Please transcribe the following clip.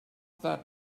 that